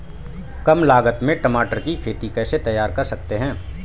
कम लागत में टमाटर की खेती कैसे तैयार कर सकते हैं?